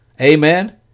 Amen